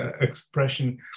expression